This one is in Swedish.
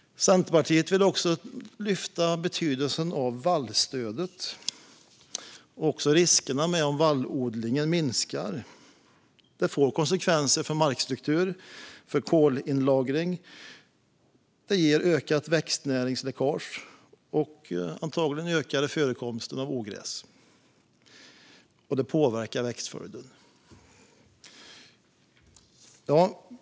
Centerpartiet vill lyfta fram betydelsen av vallstödet och riskerna om vallodlingen minskar. Det får konsekvenser för markstruktur och kolinlagring, det ger ökat växtnäringsläckage, det ökar antagligen förekomsten av ogräs och det påverkar växtföljden.